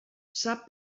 sap